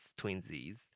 twinsies